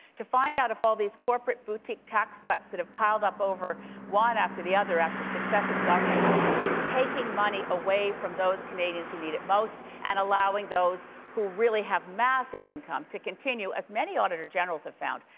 to find out if all these corporate boutique tax cuts that have piled up one after the other after successive governments is taking money away from those canadians who need it most and allowing those who really have massive incomes to continue, as many auditor generals have found,